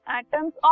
atoms